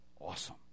awesome